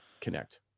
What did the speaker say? connect